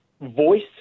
voice